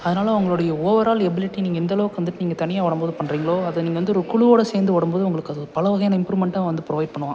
அதனால் உங்களுடைய overall ability நீங்கள் எந்த அளவுக்கு வந்துட்டு நீங்க தனியாக ஓடும் போது பண்ணுறிங்களோ அதை நீங்கள் வந்து ஒரு குழுவோடு சேர்ந்து ஓடும் போது உங்களுக்கு அது பல வகையான இம்ப்ரூவ்மெண்டாக வந்து ப்ரோவைட் பண்ணுவான்